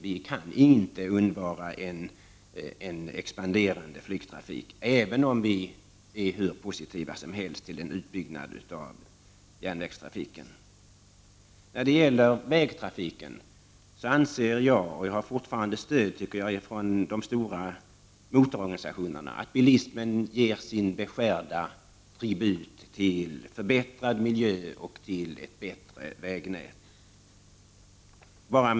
Vi kan inte undvara en expanderande flygtrafik, även om vi är hur positiva som helst till en utbyggnad av järnvägstrafiken. När det gäller vägtrafiken anser jag — och jag tror att jag fortfarande har stöd från de stora motororganisationerna — att bilismen ger sin beskärda tribut till en förbättrad miljö och ett bättre vägnät.